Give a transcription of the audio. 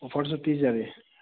ꯑꯣꯐꯔꯁꯨ ꯄꯤꯖꯔꯤ